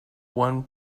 one